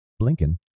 Blinken